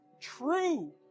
true